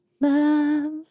love